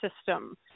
system